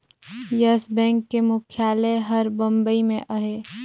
yes Bank के मुख्यालय हर बंबई में अहे